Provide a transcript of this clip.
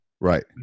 right